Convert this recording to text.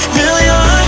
million